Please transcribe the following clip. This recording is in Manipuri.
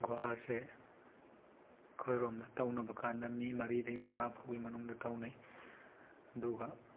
ꯒꯨꯍꯥꯁꯦ ꯑꯩꯈꯣꯏꯔꯣꯝꯗ ꯇꯧꯅꯕꯀꯥꯟꯗ ꯃꯤ ꯃꯔꯤꯗꯩ ꯃꯉꯥ ꯐꯥꯎꯒꯤ ꯃꯅꯨꯡꯗ ꯇꯧꯅꯩ ꯑꯗꯨꯒ